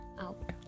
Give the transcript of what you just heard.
out